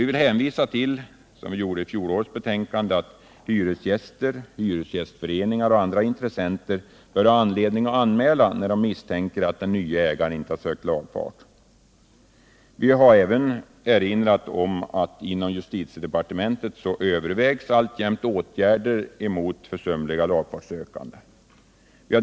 Vi hänvisar nu liksom vi gjorde i fjolårets betänkande till att hyresgäster, hyresgästföreningar och andra intressenter bör ha anledning att anmäla fall där det kan misstänkas att den nye ägaren inte har ansökt om lagfart. Vi har erinrat om att det inom justitiedepartementet alltjämt övervägs åtgärder mot försumliga lagfartssökande.